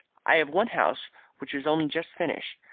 i have one house which is only just finished.